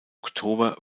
oktober